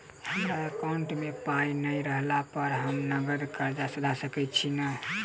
हमरा एकाउंट मे पाई नै रहला पर हम नगद कर्जा सधा सकैत छी नै?